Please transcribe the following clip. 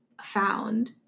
found